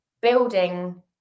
building